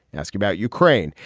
asking about ukraine.